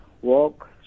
walk